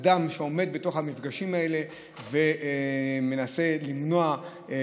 אדם שעומד בתוך המפגשים האלה ומנסה לחטוף